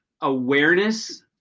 awareness